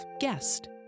guest